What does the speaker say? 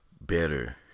better